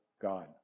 God